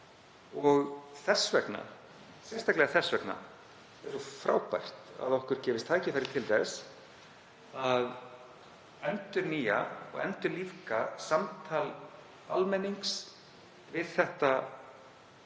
Og þess vegna, og sérstaklega þess vegna, er frábært að okkur gefist tækifæri til þess að endurnýja og endurlífga líka samtal almennings við þetta